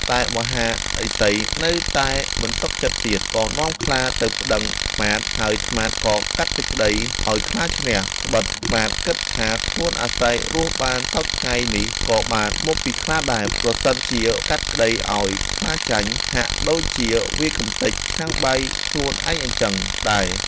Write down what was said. តែមហាឫសីនៅតែមិនសុខចិត្តទៀត ក៏នាំខ្លាទៅប្តឹងត្មាត ហើយត្មាតក៏កាត់សេចក្តីឱ្យខ្លាឈ្នះ ត្បិតត្នោតគិតថាខ្លួនអាស្រ័យរស់បានសព្វថ្ងៃនេះក៏បានមកពីខ្លាដែរ ប្រសិនជាកាត់ក្តីឱ្យខ្លាចាញ់ ហាក់ដូចជាវាយកម្ទេចឆ្នាំងបាយខ្លួនឯងអញ្ចឹងដែរ។